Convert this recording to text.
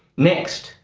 next,